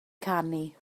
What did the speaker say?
canu